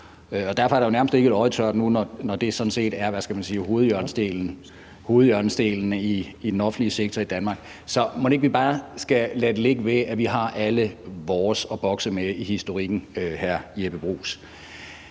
hvor det sådan set er – hvad skal man sige – hovedhjørnestene i den offentlige sektor i Danmark. Så mon ikke vi bare skal lade det ligge ved, at vi har alle vores at bokse med i historikken, hr. Jeppe Bruus?